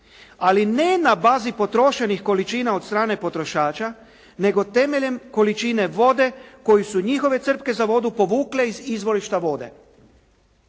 ali ne na bazi potrošenih količina od strane potrošača nego temeljem količine vode koju su njihove crpke za vodu povukle iz izvorišta vode.